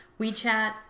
WeChat